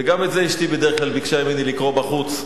וגם את זה אשתי בדרך כלל ביקשה ממני לקרוא בחוץ.